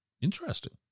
Interesting